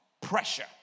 pressure